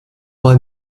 mal